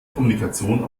kommunikation